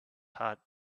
heart